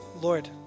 Lord